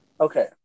Okay